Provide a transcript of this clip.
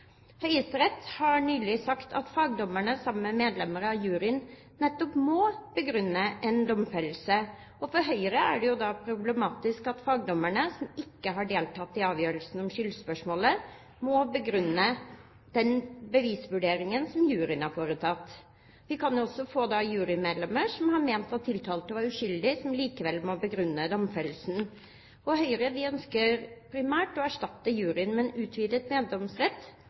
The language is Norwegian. Høyesterett har nylig sagt at fagdommerne sammen med medlemmer av juryen nettopp må begrunne en domfellelse, og for Høyre er det da problematisk at fagdommerne, som ikke har deltatt i avgjørelsen om skyldspørsmålet, må begrunne den bevisvurderingen som juryen har foretatt. Vi kan også få jurymedlemmer som har ment at tiltalte var uskyldig, men som likevel må begrunne domfellelsen. Høyre ønsker primært å erstatte juryen med en utvidet